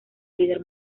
líder